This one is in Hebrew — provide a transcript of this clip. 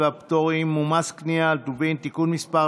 והפטורים ומס קנייה על טובין (תיקון מס'